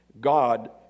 God